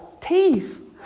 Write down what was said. teeth